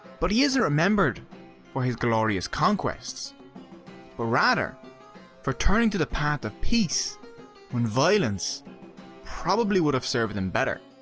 but he isn't remember for his glorious conquests but ah rather for turning to the path of peace when violence probably would have served him better.